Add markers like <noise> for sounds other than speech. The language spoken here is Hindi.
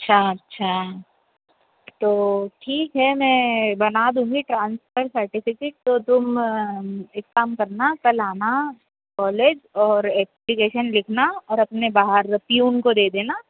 अच्छा अच्छा तो ठीक है मैं बना दूँगी ट्रांसफर सर्टिफिकेट तो तुम एक काम करना कल आना कॉलेज और एक <unintelligible> केशन लिखना और अपने बाहर रहती हैं उनको दे देना